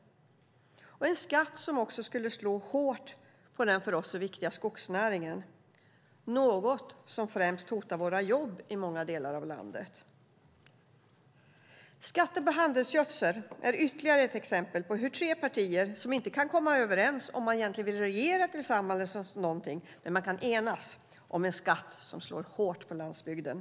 Det är en skatt som också skulle slå hårt på den för oss så viktiga skogsnäringen, något som främst hotar våra jobb i många delar av landet. Skatten på handelsgödsel är ytterligare ett exempel på hur tre partier som inte kan komma överens om de vill regera tillsammans eller någonting kan enas om en skatt som slår hårt mot landsbygden.